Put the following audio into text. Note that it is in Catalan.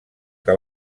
que